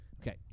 Okay